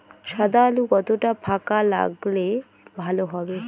সাদা আলু কতটা ফাকা লাগলে ভালো হবে?